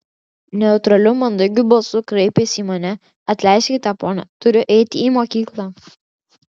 neutraliu mandagiu balsu kreipėsi į mane atleiskite ponia turiu eiti į mokyklą